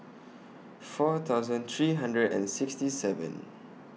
four thousand three hundred and sixty seven